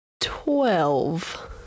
Twelve